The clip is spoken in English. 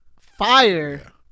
fire